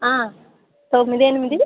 ఆ తొమ్మిది ఎనిమిది